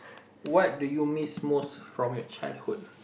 what do you miss most from your childhood